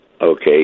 Okay